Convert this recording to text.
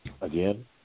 again